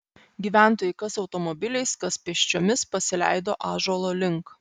gyventojai kas automobiliais kas pėsčiomis pasileido ąžuolo link